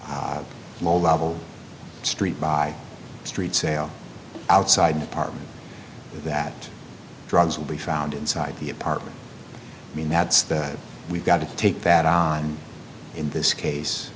a low level street by street sale outside the part that drugs will be found inside the apartment i mean that's the we've got to take that on in this case